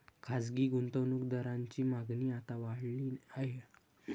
खासगी गुंतवणूक दारांची मागणी आता वाढली आहे